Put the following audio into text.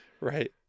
right